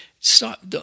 Stop